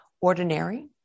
ordinary